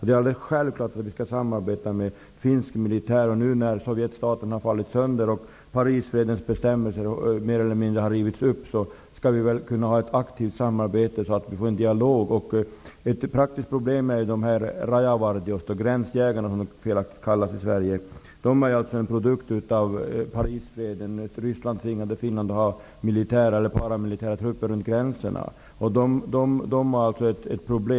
Det är självklart att vi skall samarbeta med finsk militär. Nu när Sovjetstaten har fallit sönder och Parisfredens bestämmelser mer eller mindre har rivits upp, skall vi väl kunna ha ett aktivt samarbete så att vi får en dialog. Ett praktiskt problem utgör rajavartiosto, gränsjägarna, som de felaktigt kallas i Sverige. De är en produkt av Parisfreden. Ryssland tvingade Finland att ha militära eller paramilitära trupper vid gränserna. De utgör ett problem.